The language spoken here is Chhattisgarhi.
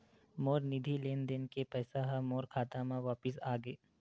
मोर निधि लेन देन के पैसा हा मोर खाता मा वापिस आ गे